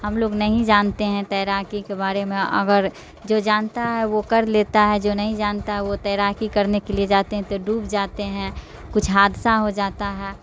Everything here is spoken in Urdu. ہم لوگ نہیں جانتے ہیں تیراکی کے بارے میں اگر جو جانتا ہے وہ کر لیتا ہے جو نہیں جانتا ہے وہ تیراکی کرنے کے لیے جاتے ہیں تو ڈوب جاتے ہیں کچھ حادثہ ہو جاتا ہے